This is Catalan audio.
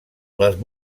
les